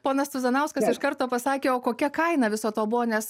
ponas cuzanauskas iš karto pasakė o kokia kaina viso to buvo nes